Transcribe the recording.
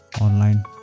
online